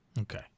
Okay